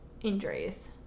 injuries